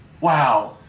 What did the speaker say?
wow